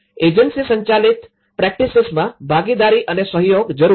agency સંચાલિત પ્રેક્ટિસ્સમાં ભાગીદારી અને સહયોગ જરૂરી છે